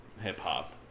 hip-hop